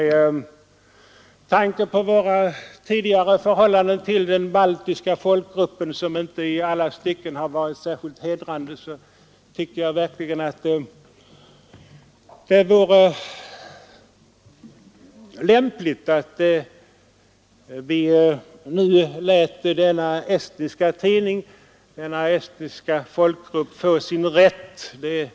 Med tanke på våra tidigare förhållanden till den baltiska folkgruppen, vilka inte för oss i alla stycken har varit hedrande, tycker jag verkligen att det vore på sin plats att vi nu lät denna estniska tidning och därmed även den estniska folkgruppen få sin rätt i detta fall.